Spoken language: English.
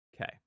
Okay